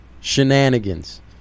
Shenanigans